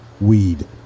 weed